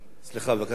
בבקשה, אדוני.